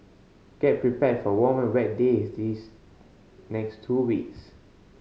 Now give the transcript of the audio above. get prepared for warm and wet days these next two weeks